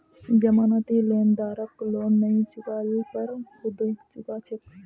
जमानती लेनदारक लोन नई चुका ल पर खुद चुका छेक